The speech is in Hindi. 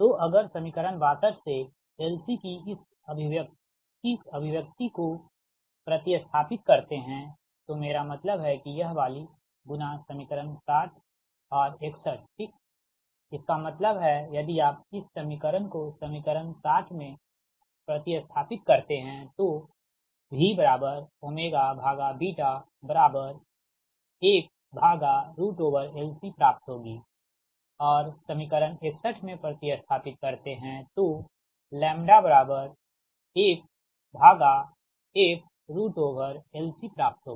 तो अगर समीकरण 62 से LC की इस अभिव्यक्ति को प्रति स्थापित करते है तो मेरा मतलब है कि यह वाली गुणा समीकरण 60 और 61 ठीक इसका मतलब है यदि आप इस समीकरण को समीकरण 60 में प्रति स्थापित करते हैं तो v 1LC प्राप्त होगी और समीकरण 61 में प्रति स्थापित करते है तो 1fLC प्राप्त होगी